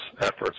efforts